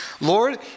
Lord